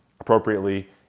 Appropriately